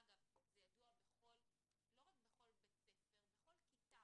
אגב, זה ידוע לא רק בכל בית ספר אלא בכל כיתה,